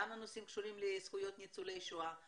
גם לנושאים שקשורים לזכויות ניצולי שואה,